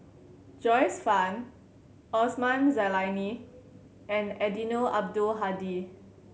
Joyce Fan Osman Zailani and Eddino Abdul Hadi